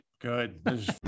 Good